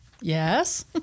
Yes